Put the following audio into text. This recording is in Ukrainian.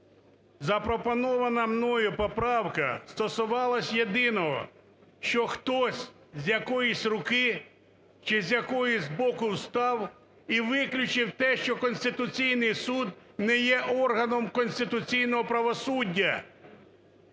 Запропонована мною поправка стосувалася єдиного, що хтось з якоїсь руки чи з якогось боку встав і виключив те, що Конституційний Суд не є органом конституційного правосуддя.